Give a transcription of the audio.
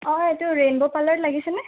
অ এইটো ৰেইনব' পাৰ্লাৰত লাগিছেনে